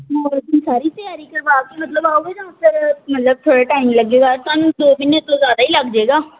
ਨਾਲ ਤੁਸੀਂ ਸਾਰੀ ਤਿਆਰੀ ਕਰਵਾ ਕੇ ਮਤਲਬ ਆਓਗੇ ਜਾਂ ਫਿਰ ਮਤਲਬ ਥੋੜ੍ਹਾ ਟਾਈਮ ਲੱਗੇਗਾ ਤੁਹਾਨੂੰ ਦੋ ਮਹੀਨੇ ਤੋਂ ਜ਼ਿਆਦਾ ਹੀ ਲੱਗ ਜਾਏਗਾ